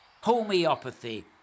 homeopathy